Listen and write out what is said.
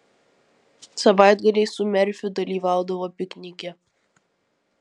savaitgaliais su merfiu dalyvaudavo piknike